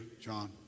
John